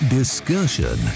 discussion